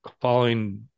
following